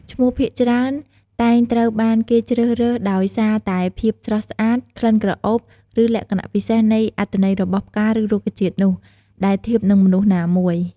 ឈ្មោះភាគច្រើនតែងត្រូវបានគេជ្រើសរើស ដោយសារតែភាពស្រស់ស្អាត ក្លិនក្រអូប ឬ លក្ខណៈពិសេសនៃអត្ថន័យរបស់ផ្កាឬរុក្ខជាតិនោះ ដែលធៀបនឹងមនុស្សណាមួយ។